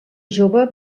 jove